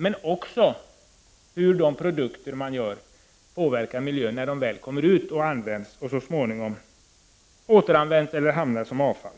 Det bör också gälla hur de produkter man gör påverkar miljön när de väl används och så småningom återanvänds eller blir avfall.